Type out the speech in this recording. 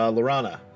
Lorana